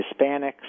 Hispanics